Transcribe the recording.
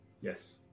Yes